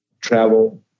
travel